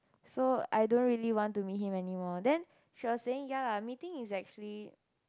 so I don't really want to meet him anymore then she was saying ya lah meeting is actually